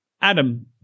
adam